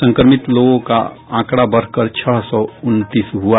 संक्रमित लोगों का आंकड़ा बढ़कर छह सौ उनतीस हुआ